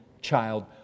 child